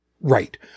right